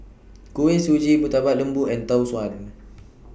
Kuih Suji Murtabak Lembu and Tau Suan